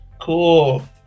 Cool